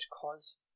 cause